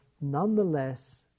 nonetheless